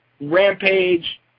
Rampage